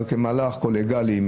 אבל כמהלך קולגיאלי,